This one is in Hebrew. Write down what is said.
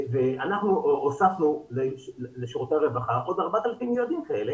אנחנו הוספנו לשירותי הרווחה עוד 4,000 ילדים כאלה